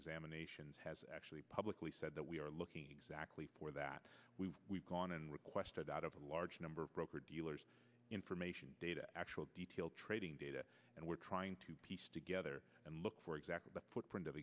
examinations has actually publicly said that we are looking exactly for that we've gone and requested out of a large number of broker dealers information data actual detailed trading data and we're trying to piece together and look for exactly the footprint of